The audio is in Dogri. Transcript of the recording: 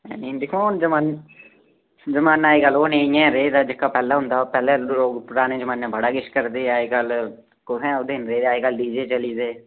निं दिक्खोआं हून जमाना जमाना अजकल ओह् निं ऐ रेह्दा जेह्का पैह्लें होंदा हा पैह्लें लोक पराने जमाने बड़ा किश करदे आए अजकल कुत्थै ओह् दिन रेह्दे अजकल डीजे चली दे